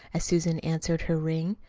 as susan answered her ring.